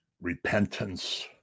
repentance